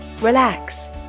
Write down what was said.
relax